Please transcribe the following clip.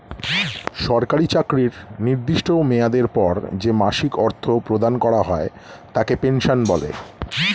সরকারি চাকরির নির্দিষ্ট মেয়াদের পর যে মাসিক অর্থ প্রদান করা হয় তাকে পেনশন বলে